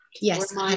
yes